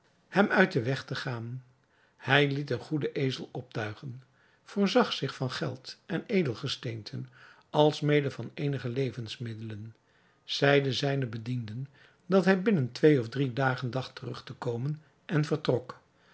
hem uit den weg te gaan hij liet een goeden ezel optuigen voorzag zich van geld en edelgesteenten alsmede van eenige levensmiddelen zeide zijnen bedienden dat hij binnen twee of drie dagen dacht terug te komen en vertrok